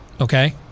Okay